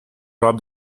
rob